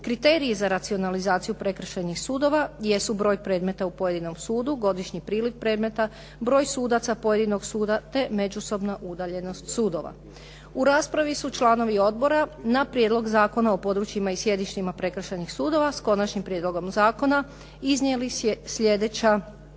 Kriteriji za racionalizaciju prekršajnih sudova jesu broj predmeta u pojedinom sudu, godišnji priliv predmeta, broj sudaca pojedinog suda, te međusobna udaljenost sudova. U raspravi su članovi odbora na Prijedlog zakona o područjima i sjedištima prekršajnih sudova s Konačnim prijedlogom zakona iznijeli sljedeća